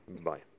Bye